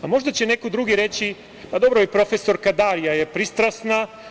Možda će neko drugi reći – dobro, i profesorka Darija je pristrasna.